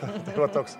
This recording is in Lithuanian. tai va toks